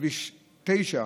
כביש 9,